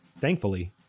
Thankfully